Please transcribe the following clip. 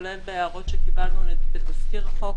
כולל הערות שקיבלנו בתזכיר החוק.